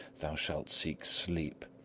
thou shalt seek sleep,